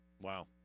Wow